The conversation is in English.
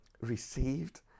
received